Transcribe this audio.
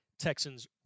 Texans